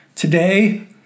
Today